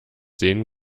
sehen